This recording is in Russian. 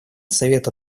совета